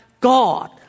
God